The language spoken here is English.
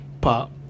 pop